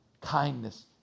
kindness